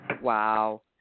Wow